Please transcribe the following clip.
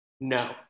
No